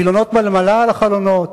וילונות מלמלה על החלונות,